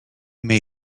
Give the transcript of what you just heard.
may